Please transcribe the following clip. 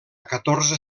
catorze